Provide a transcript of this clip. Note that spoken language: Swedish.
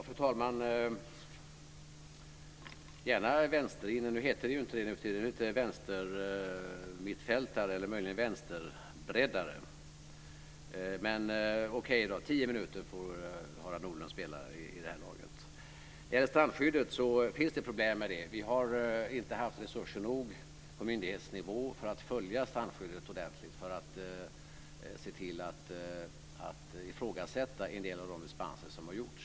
Fru talman! Harald Nordlund får gärna vara vänsterinner. Det heter inte så nuförtiden. Nu heter det vänstermittfältare eller möjligen vänsterbreddare. Men okej, Harald Nordlund får spela 10 minuter i detta lag. Det finns problem med strandskyddet. Vi har inte haft resurser nog på myndighetsnivå att följa strandskyddet ordentligt och ifrågasätta en del av de dispenser som har givits.